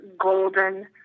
golden